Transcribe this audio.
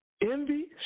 Envy